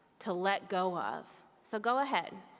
to let go of. so go ahead.